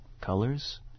colors